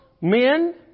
men